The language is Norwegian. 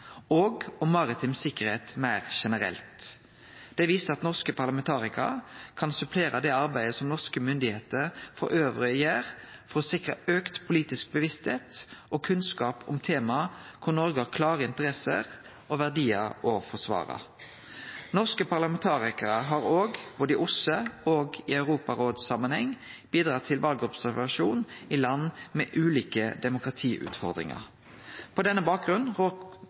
og om maritim sikkerheit meir generelt. Det viser at norske parlamentarikarar kan supplere det arbeidet som norske myndigheiter elles gjer for å sikre auka politisk medvit og kunnskap om tema der Noreg har klare interesser og verdiar å forsvare. Norske parlamentarikarar har òg, både i OSSE- og i Europaråd-samanheng, bidratt til valobservasjon i land med ulike demokratiutfordringar. På denne